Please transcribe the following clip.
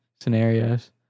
scenarios